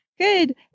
Good